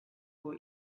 for